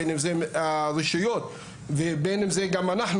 בין שזה הרשויות ובין שזה אנחנו,